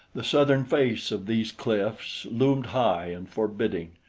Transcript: the southern face of these cliffs loomed high and forbidding,